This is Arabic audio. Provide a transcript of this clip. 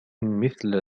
مثل